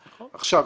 עכשיו,